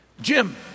Jim